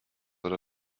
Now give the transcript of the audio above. oder